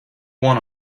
one